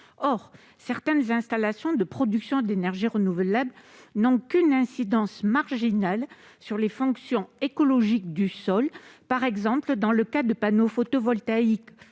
Or certaines installations de production d'énergies renouvelables n'ont qu'une incidence marginale sur les fonctions écologiques du sol. Je pense notamment aux panneaux photovoltaïques